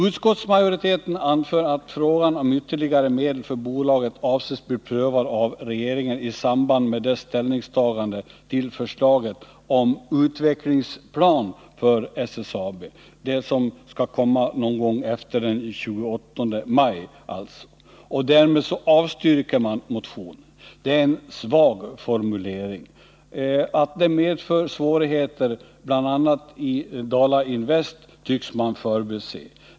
Utskottsmajoriteten anför att frågan om ytterligare medel för bolaget avses bli prövad av regeringen i samband med dess ställningstagande till förslaget om utvecklingsplan för SSAB, som skall komma någon gång efter den 28 maj. Därmed avstyrker man motionen. Det är en svag formulering. Att det medför svårigheter bl.a. i Dala Invest tycks man förbise.